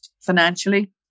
financially